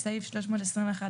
תסבירו לי,